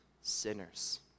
sinners